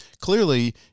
clearly